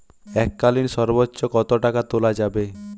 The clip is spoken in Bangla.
এককালীন সর্বোচ্চ কত টাকা তোলা যাবে?